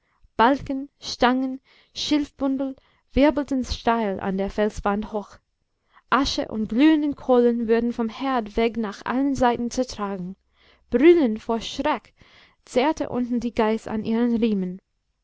balken stangen schilfbündel wirbelten steil an der felswand hoch asche und glühende kohlen wurden vom herd weg nach allen seiten zertragen brüllend vor schreck zerrte unten die geiß an ihren riemen